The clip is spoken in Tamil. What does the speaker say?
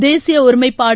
தேசிய ஒருமைப்பாடு